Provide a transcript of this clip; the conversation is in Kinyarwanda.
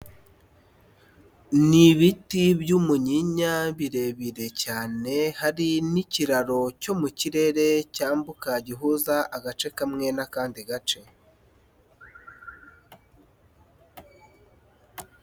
N'ibiti by'umunyinya birebire cyane, hari n'ikiraro cyo mu kirere cyambuka gihuza agace kamwe n'akandi gace.